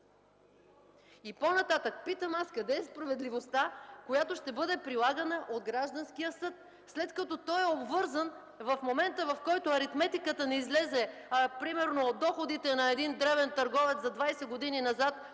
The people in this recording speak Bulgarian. По-нататък. Питам аз: къде е справедливостта, която ще бъде прилагана от гражданския съд, след като е обвързан – в момента, в който аритметиката не излезе (примерно – доходите на един дребен търговец за 20 години назад